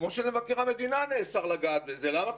כמו שעל מבקר המדינה נאסר לגעת בזה, למה?